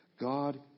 God